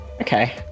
Okay